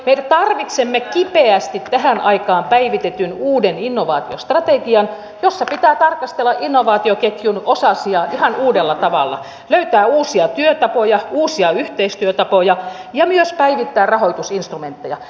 me tarvitsemme kipeästi tähän aikaan päivitetyn uuden innovaatiostrategian jossa pitää tarkastella innovaatioketjun osasia ihan uudella tavalla löytää uusia työtapoja uusia yhteistyötapoja ja myös päivittää rahoitusinstrumentteja